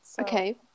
Okay